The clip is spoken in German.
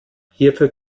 hierfür